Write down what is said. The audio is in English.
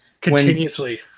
Continuously